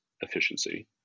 efficiency